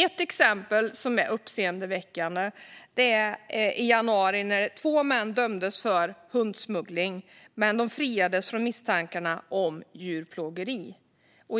Ett exempel är uppseendeväckande. I januari dömdes två män för hundsmuggling, men de friades från misstankarna om djurplågeri.